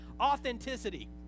Authenticity